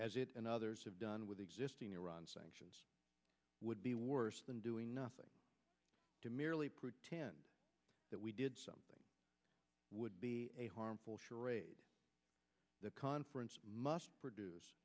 as it and others have done with iran sanctions would be worse than doing nothing to merely pretend that we did something would be harmful sure the conference must produce